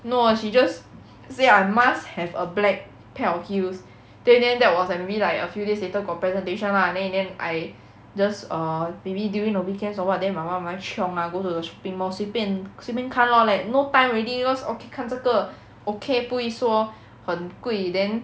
no ah she just say I must have a black pair of heels then in the end that was like maybe like a few days later got presentation lah then in the end I just err maybe during the weekends or what then my mum and I chiong ah go to the shopping mall 随便随便看 lor like no time already just okay 看这个 okay 不会说很贵 then